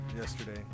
yesterday